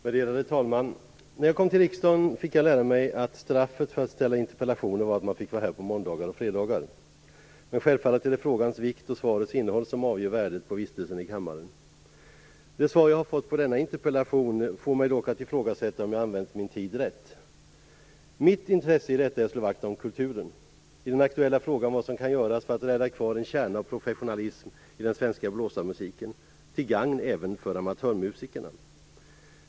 Fru talman! När jag kom till riksdagen fick jag lära mig att straffet för att ställa interpellationer var att man fick vara här på måndagar och fredagar, men självfallet är det frågans vikt och svarets innehåll som avgör värdet av vistelsen i kammaren. Det svar jag har fått på denna interpellation får mig dock att ifrågasätta om jag har använt min tid rätt. Mitt intresse i detta är att slå vakt om kulturen, i den aktuella frågan vad som kan göras för att rädda kvar en kärna av professionalism i den svenska blåsarmusiken, till gagn även för amatörmusikerna.